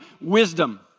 wisdom